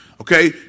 Okay